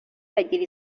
bagira